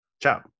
Ciao